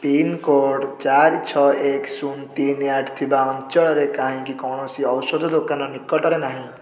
pincode ଚାରି ଛଅ ଏକ ଶୂନ ତିନି ଆଠ ଥିବା ଅଞ୍ଚଳରେ କାହିଁକି କୌଣସି ଔଷଧ ଦୋକାନ ନିକଟରେ ନାହିଁ